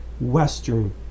western